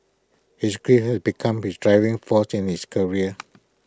his grief had become his driving force in his career